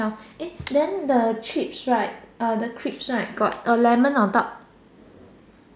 eh then the chips right the cribs right got a lemon on top